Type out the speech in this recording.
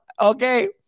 Okay